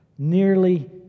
Nearly